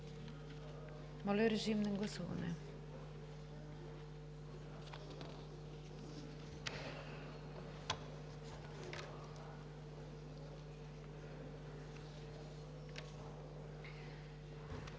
Моля, режим на гласуване